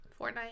Fortnite